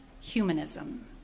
humanism